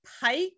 Pike